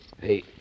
Hey